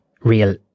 real